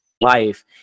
life